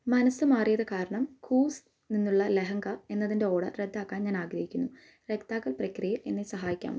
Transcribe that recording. മനസ്സ് മാറിയത് കാരണം കൂവ്സ് നിന്നുള്ള ലെഹങ്ക എന്നതിന്റെ ഓർഡർ റദ്ദാക്കാൻ ഞാൻ ആഗ്രഹിക്കുന്നു റദ്ദാക്കൽ പ്രക്രിയയിൽ എന്നെ സഹായിക്കാമോ